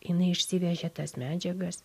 jinai išsivežė tas medžiagas